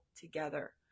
together